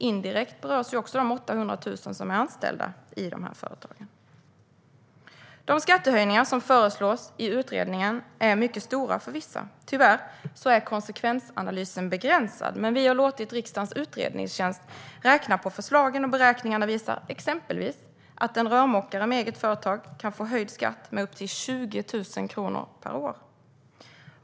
Indirekt berörs också de 800 000 som är anställda i dessa företag. De skattehöjningar som föreslås i utredningen är mycket stora för vissa. Tyvärr är konsekvensanalysen begränsad, men vi har låtit riksdagens utredningstjänst räkna på förslagen. Beräkningarna visar exempelvis att en rörmokare med eget företag kan få en skattehöjning på upp till 20 000 kronor per år.